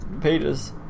pages